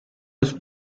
los